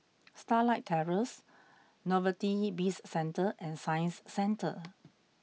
Starlight Terrace Novelty Bizcentre and Science Centre